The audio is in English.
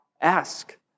ask